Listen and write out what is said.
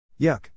yuck